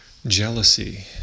Jealousy